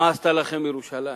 מה עשתה לכם ירושלים.